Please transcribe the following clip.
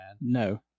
No